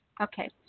Okay